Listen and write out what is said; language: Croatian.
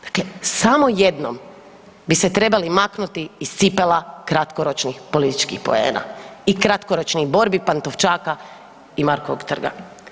Dakle, samo jednom bi se trebali maknuti iz cipela kratkoročnih političkih poena i kratkoročnih borbi Pantovčaka i Markovog trga.